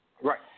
Right